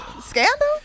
Scandal